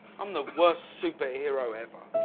i'm the worst superhero ever.